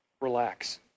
relax